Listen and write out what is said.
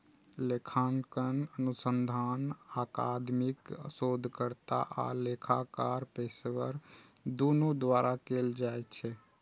लेखांकन अनुसंधान अकादमिक शोधकर्ता आ लेखाकार पेशेवर, दुनू द्वारा कैल जाइ छै